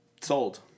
Sold